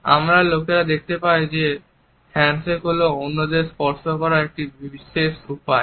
সুতরাং আমরা দেখতে পাই যে হ্যান্ডশেক হল অন্যদের স্পর্শ করার একটি বিশেষ উপায়